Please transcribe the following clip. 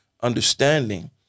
understanding